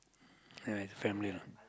ya it's family